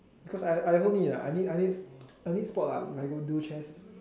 cause I I also need I need I need I need spot lah when I do chest